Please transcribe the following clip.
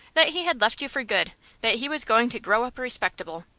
that he had left you for good that he was going to grow up respectable!